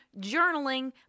journaling